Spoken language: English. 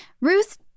Ruth